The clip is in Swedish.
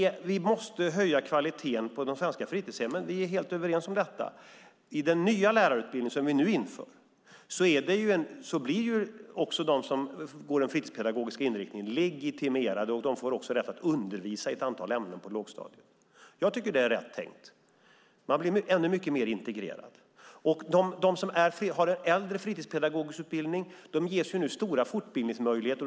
Vi måste höja kvaliteten på de svenska fritidshemmen. Vi är helt överens om detta. I den nya lärarutbildning som vi nu inför blir också de som går den fritidspedagogiska inriktningen legitimerade och får också rätt att undervisa i ett antal ämnen på lågstadiet. Jag tycker att det är rätt tänkt. De blir ännu mycket mer integrerade. De som har en äldre fritidspedagogsutbildning ges nu stora fortbildningsmöjligheter.